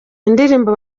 indirimbo